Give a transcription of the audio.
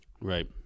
Right